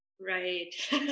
Right